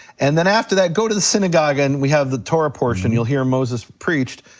and then after that go to the synagogue and we have the torah portion, you'll hear moses preached,